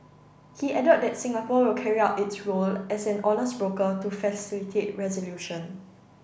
he added that Singapore will carry out its role as an honest broker to facilitate resolution